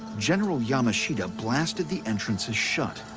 general yamashita blasted the entrances shut.